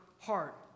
heart